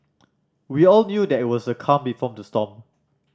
we all knew that it was the calm before the storm